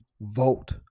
vote